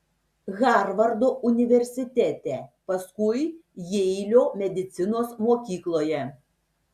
harvardo universitete paskui jeilio medicinos mokykloje